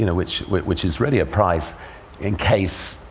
you know which which is really a prize in case